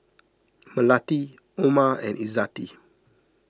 Melati Omar and Izzati